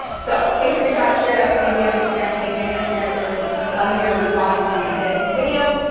so, take a screenshot, share it out, tag me on instagram, tag me on your instagram stories. let me know what you thought of this video.